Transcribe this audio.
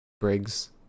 Briggs